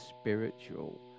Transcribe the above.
spiritual